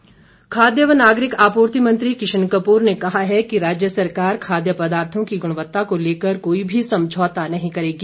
कपूर खाद्य व नागरिक आपूर्ति मंत्री किशन कपूर ने कहा है कि राज्य सरकार खाद्य पदार्थों की गुणवत्ता को लेकर कोई भी समझौता नहीं करेगी